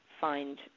find